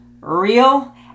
real